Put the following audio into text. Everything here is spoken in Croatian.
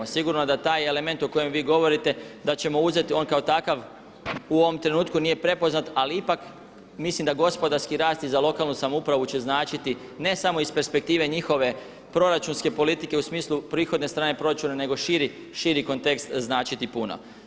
Sigurno da taj element o kojem vi govorite da ćemo uzeti, on kako takav u ovom trenutku nije prepoznat ali ipak mislim da gospodarski rast i za lokalnu samoupravu će značiti ne samo iz perspektive njihove proračunske politike u smislu prihodne strane proračuna nego širi kontekst znači ti puno.